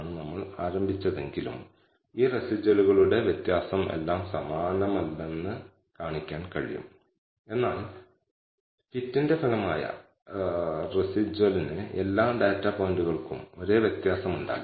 നിങ്ങൾക്ക് രണ്ട് സാമ്പിളുകൾ മാത്രമേ ഉണ്ടായിരുന്നുള്ളൂ എങ്കിൽ അപ്പോൾ നിങ്ങളുടെ ന്യൂമറേറ്റർ കൃത്യമായി 0 ആയിരിക്കും